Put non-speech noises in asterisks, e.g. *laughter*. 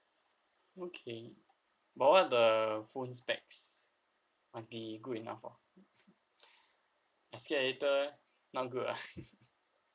okay but what are the phone specs must be good enough hor I scared later not good ah *laughs*